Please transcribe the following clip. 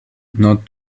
not